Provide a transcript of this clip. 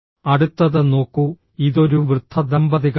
അടുത്തത് നോക്കൂ ഇതൊരു വൃദ്ധ ദമ്പതികളാണ്